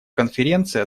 конференция